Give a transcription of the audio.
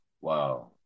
Wow